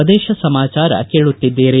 ಪ್ರದೇಶ ಸಮಾಚಾರ ಕೇಳುತ್ತಿದ್ದೀರಿ